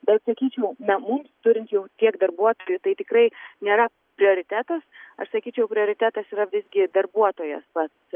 bet sakyčiau na mums turint jau tiek darbuotojų tai tikrai nėra prioritetas aš sakyčiau prioritetas yra visgi darbuotojas vat